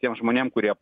tiem žmonėm kurie